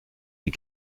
die